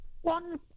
One